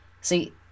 See